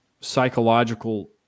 psychological